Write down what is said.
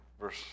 verse